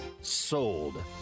sold